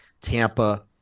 Tampa